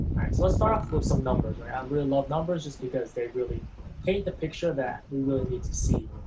so let's start off with some numbers, i um really love numbers just because they really paint the picture that we really need to see.